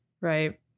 right